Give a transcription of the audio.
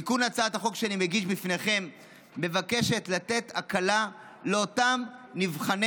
תיקון הצעת החוק שאני מגיש בפניכם מבקש לתת הקלה לאותם נבחני